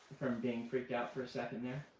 from being freaked out for a second there?